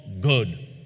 good